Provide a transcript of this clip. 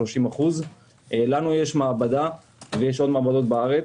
30%. לנו יש מעבדה ויש עוד מעבדות בארץ,